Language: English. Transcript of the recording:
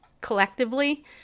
collectively